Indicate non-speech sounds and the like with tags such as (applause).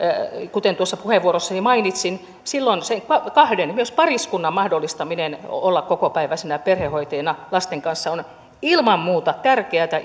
kuten tuossa puheenvuorossani mainitsin silloin se kahden myös pariskunnan mahdollistaminen olla kokopäiväisinä perhehoitajina lasten kanssa on ilman muuta tärkeätä (unintelligible)